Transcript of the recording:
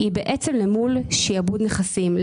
לא מממשים את הנכסים שלהם?